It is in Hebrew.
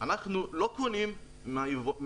אנחנו לא קונים מהיצרנים,